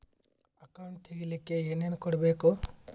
Account ತೆಗಿಲಿಕ್ಕೆ ಏನೇನು ಕೊಡಬೇಕು?